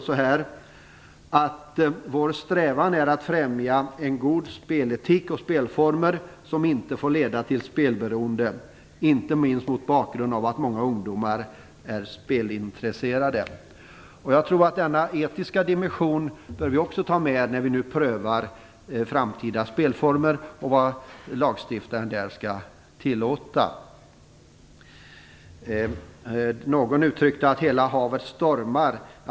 - strävan är att främja en god speletik och spelformer, som inte får leda till spelberoende, inte minst mot bakgrund av att många ungdomar är spelintresserade." Denna etiska dimension bör vi också ta med vid prövning av framtida spelformer och vad lagstiftaren skall tillåta. Någon sade att hela havet stormar.